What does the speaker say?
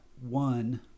one